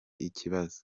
ikibazo